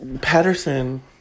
Patterson